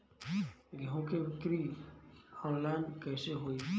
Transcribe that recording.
गेहूं के बिक्री आनलाइन कइसे होई?